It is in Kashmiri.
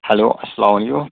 ہیٚلو اسلام علیکُم